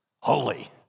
holy